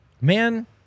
man